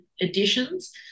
additions